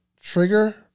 trigger